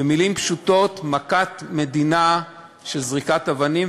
במילים פשוטות: מכת מדינה של זריקת אבנים,